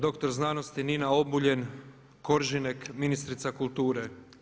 Doktor znanosti Nina Obuljen Koržinek, ministrica kulture.